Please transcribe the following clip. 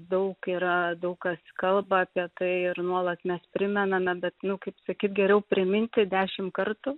daug yra daug kas kalba apie tai ir nuolat mes primename bet nu kaip sakyt geriau priminti dešim kartų